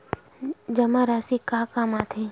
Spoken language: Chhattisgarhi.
जमा राशि का काम आथे?